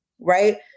right